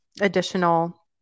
additional